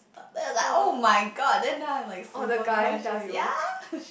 then I was like oh-my-god then now I'm like super cautious ya